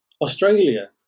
Australia